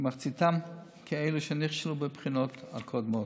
מחציתם כאלה שנכשלו בבחינות הקודמות.